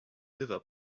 liver